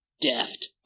Deft